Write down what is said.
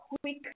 quick